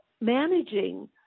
managing